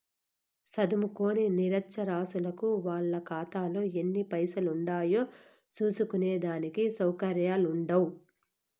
సదుంకోని నిరచ్చరాసులకు వాళ్ళ కాతాలో ఎన్ని పైసలుండాయో సూస్కునే దానికి సవుకర్యాలుండవ్